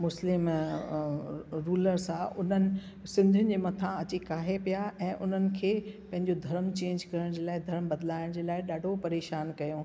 मुस्लिम rulers हुआ उन्हनि सिंधीयुनि जे मथां अची काहे पिया ऐं उन्हनि खे पंहिंजो धर्म चेंज करण जे लाइ धर्म बदलाइण जे लाइ ॾाढो परेशान कयऊं